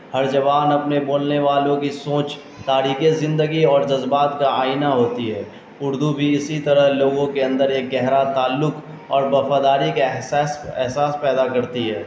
ہر زبان اپنے بولنے والوں کی سوچ تاریخ زندگی اور جذبات کا آئینہ ہوتی ہے اردو بھی اسی طرح لوگوں کے اندر ایک گہرا تعلق اور وفاداری کے احس احساس پیدا کرتی ہے